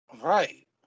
right